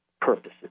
purposes